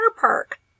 park